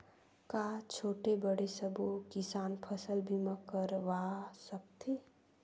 का छोटे बड़े सबो किसान फसल बीमा करवा सकथे?